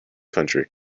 country